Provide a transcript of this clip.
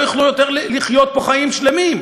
לא יוכלו יותר לחיות פה חיים שלמים.